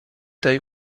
tej